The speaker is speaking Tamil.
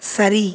சரி